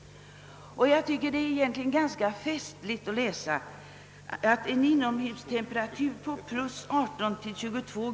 Egentligen är det ganska festligt att läsa vad som står skrivet: »En inomhustemperatur på + 18 till + 22?